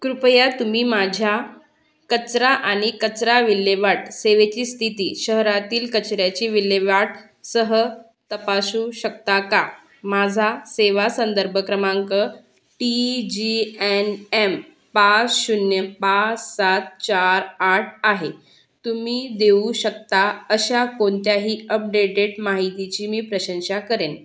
कृपया तुम्ही माझ्या कचरा आणि कचरा विल्हेवाट सेवेची स्थिती शहरातील कचऱ्याची विल्हेवाटसह तपासू शकता का माझा सेवा संदर्भ क्रमांक टी जी एन एम पाच शून्य पाच सात चार आठ आहे तुम्ही देऊ शकता अशा कोणत्याही अपडेटेड माहितीची मी प्रशंसा करेन